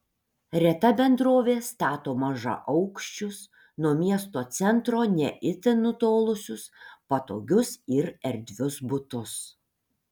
reta bendrovė stato mažaaukščius nuo miesto centro ne itin nutolusius patogius ir erdvius butus